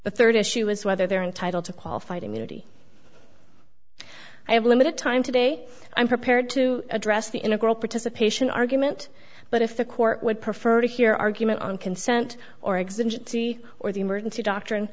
the third issue is whether they're entitled to qualified immunity i have limited time today i'm prepared to address the integral participation argument but if the court would prefer to hear argument on consent or exhibit c or the emergency doctrine